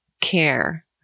care